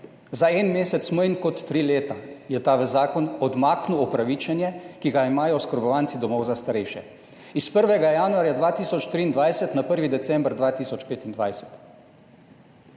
za en mesec manj kot tri leta je ta v zakon odmaknil upravičenje, ki ga imajo oskrbovanci domov za starejše, iz 1. januarja 2023 na 1. december 2025.